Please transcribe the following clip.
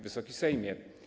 Wysoki Sejmie!